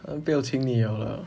他不要请你了啦